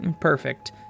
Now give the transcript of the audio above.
Perfect